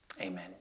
Amen